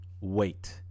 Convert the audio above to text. wait